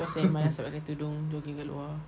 no seh I malas nak pakai tudung jogging kat luar